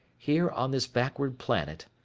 here on this backward planet,